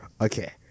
Okay